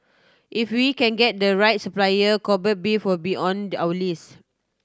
if we can get the right supplier Kobe beef will be on there our list